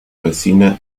resina